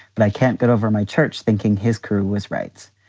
but i can't get over my church thinking his crew was right.